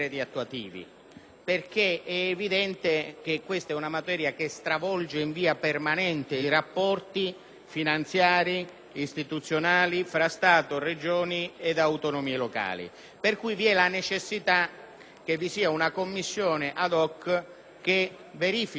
È evidente che questa materia stravolge in maniera permanente i rapporti finanziari e istituzionali tra Stato, Regioni ed autonomie locali. Vi è, pertanto, la necessità che vi sia una Commissione *ad hoc* che verifichi, monitori